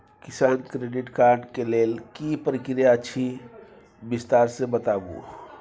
किसान credit card के लेल की प्रक्रिया अछि विस्तार से बताबू?